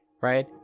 Right